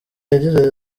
yagize